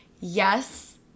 yes